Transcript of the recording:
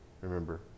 Remember